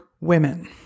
women